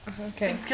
Okay